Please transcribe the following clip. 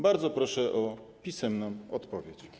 Bardzo proszę o pisemną odpowiedź.